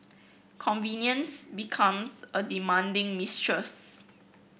convenience becomes a demanding mistress